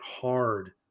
hard